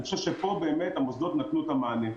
אני חושב שפה באמת המוסדות נתנו את המענה.